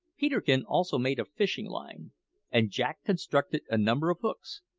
peterkin also made a fishing-line and jack constructed a number of hooks,